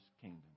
kingdom